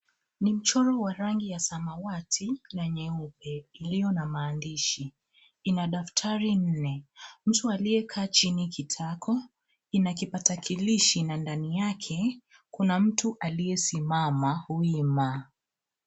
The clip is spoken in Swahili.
Ni mchoro wa rangi ya samawati na nyeupe iliyo na maandishi. Ina daftari nne, mtu aliyekaa chini kitako, ina kipakatalishi na ndani yake kuna mtu aliyesimama wima.